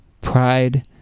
pride